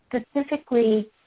specifically